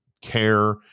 care